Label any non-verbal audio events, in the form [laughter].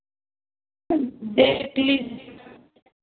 day to [unintelligible]